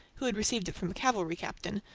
who had received it from a cavalry captain,